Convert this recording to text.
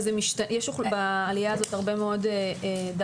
יש בעלייה הזאת הרבה מאוד קשישים.